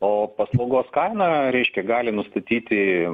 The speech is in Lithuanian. o paslaugos kainą reiškia gali nustatyti